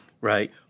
right